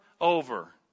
over